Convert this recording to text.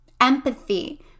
empathy